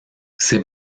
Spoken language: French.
c’est